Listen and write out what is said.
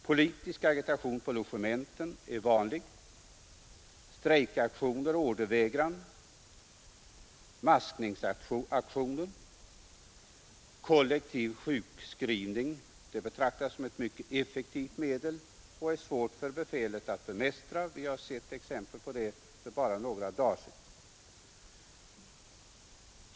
Politisk agitation på logementen är vanlig, strejkaktioner och ordervägran, maskningsaktioner förekommer, kollektiv sjukskrivning betraktas som ett mycket effektivt medel som är svårt för befälet att bemästra. Vi har för bara några dagar sedan sett exempel på detta.